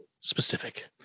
specific